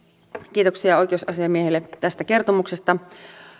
kiitoksia oikeusasiamiehelle tästä kertomuksesta